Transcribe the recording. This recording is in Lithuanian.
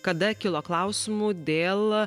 kada kilo klausimų dėl